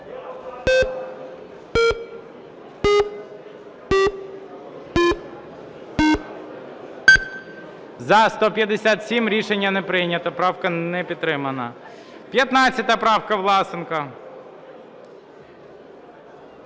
За-157 Рішення не прийнято. Правка не підтримана. 15 правка, Власенко.